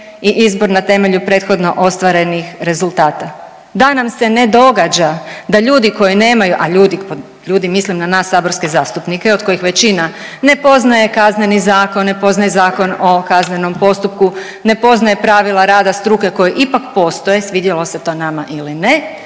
i izbor na temelju prethodno ostvarenih rezultata, da nam se ne događa da ljudi koji nemaju, a pod ljudi mislim na nas saborske zastupnike od kojih većina ne poznaje Kazneni zakon, ne poznaje Zakon o kaznenom postupku, ne poznaje pravila rada struke koji ipak postoje, svidjelo se to nama ili ne,